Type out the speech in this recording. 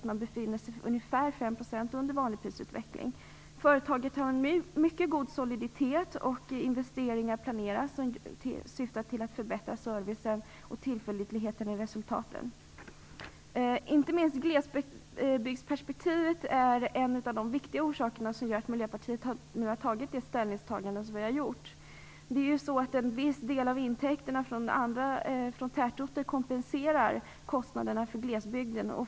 Man befinner sig ungefär 5 % under vanlig prisutveckling. Företaget har en mycket god soliditet, och investeringar planeras. Syftet med dessa investeringar är att förbättra servicen och tillförlitligheten i resultatet. Inte minst glesbygdsperspektivet är en viktig orsak till att vi i Miljöpartiet har tagit den ställning vi har. En viss del av intäkterna från tätorter kompenserar kostnaderna för glesbygden.